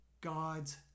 God's